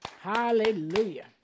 Hallelujah